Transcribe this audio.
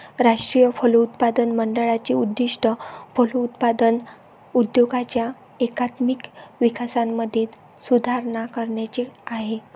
राष्ट्रीय फलोत्पादन मंडळाचे उद्दिष्ट फलोत्पादन उद्योगाच्या एकात्मिक विकासामध्ये सुधारणा करण्याचे आहे